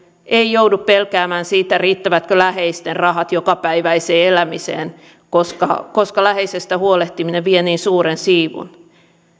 ei joudu pelkäämään sitä riittävätkö läheisten rahat jokapäiväiseen elämiseen koska koska läheisestä huolehtiminen vie niin suuren siivun